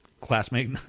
Classmate